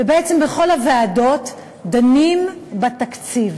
ובעצם בכל הוועדות, דנים בתקציב.